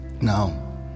No